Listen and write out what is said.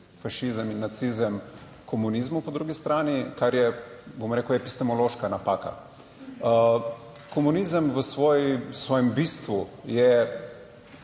fašizem in nacizem, komunizemu po drugi strani, kar je, bom rekel, epistemološka napaka. Komunizem v svojem bistvu je